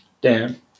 Dan